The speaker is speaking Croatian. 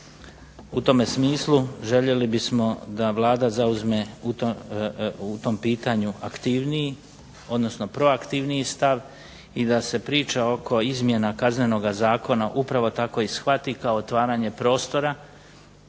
U tome smislu željeli bismo da Vlada zauzme u tom pitanju aktivniji, odnosno proaktivniji stav, i da se priča oko izmjena Kaznenoga zakona upravo tako i shvati kao otvaranje prostora